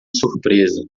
surpresa